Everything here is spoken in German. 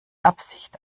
absicht